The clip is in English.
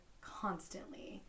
constantly